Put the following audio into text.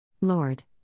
Lord